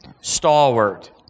Stalwart